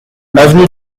avenue